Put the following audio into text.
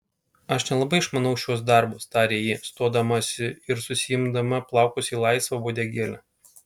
aš nelabai išmanau šiuos darbus tarė ji stodamasi ir susiimdama plaukus į laisvą uodegėlę